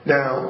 Now